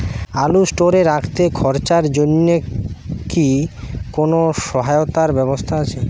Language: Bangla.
আলু স্টোরে রাখতে খরচার জন্যকি কোন সহায়তার ব্যবস্থা আছে?